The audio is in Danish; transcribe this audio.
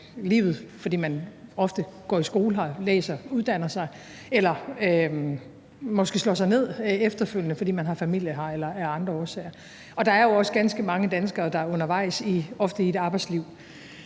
fordi man ofte går i skole, læser og uddanner sig her, eller måske slår sig ned efterfølgende, fordi man har familie her, eller af andre årsager. Og der er jo også ganske mange danskere, der ofte undervejs i arbejdslivet